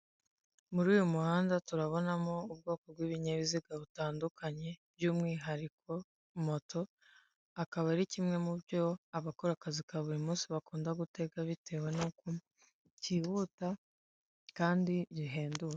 Muri uyu muhanda turabonamo ubwoko bw'ibinyabiziga butandukanye by'umwihariko moto akaba ari kimwe mu byo abakora akazi ka buri munsi bakunda gutega bitewe n'uko cyihuta kandi bihendutse.